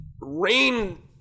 Rain